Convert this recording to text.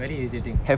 very irritating